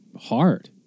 hard